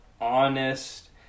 honest